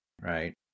right